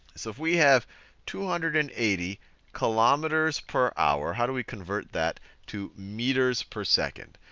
so if we have two hundred and eighty kilometers per hour, how do we convert that to meters per second?